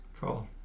cool